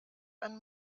ein